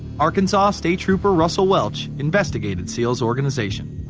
arkansas state trooper russel welch investigated seal's organization.